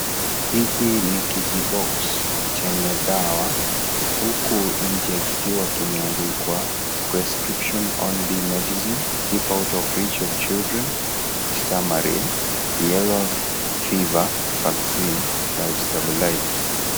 Hiki ni kijibox chenye dawa huku nje kikiwa kimeandikwa prescription only medicine, keep out of reach of children, histermarile, yellow fever vaccine, stabilised .